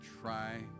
try